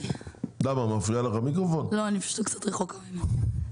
גם ביום, הברים פתוחים גם ביום.